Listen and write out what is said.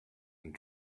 and